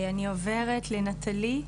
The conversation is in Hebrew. אני עוברת לנטלי,